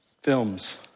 films